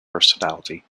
personality